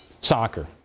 soccer